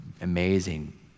amazing